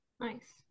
Nice